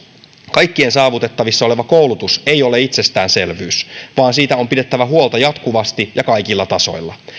kaikkien saavutettavissa oleva koulutus ei ole itsestäänselvyys vaan siitä on pidettävä huolta jatkuvasti ja kaikilla tasoilla